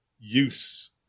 use